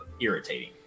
irritating